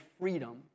freedom